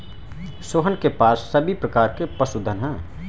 रोहन के पास सभी प्रकार के पशुधन है